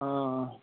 ਹਾਂ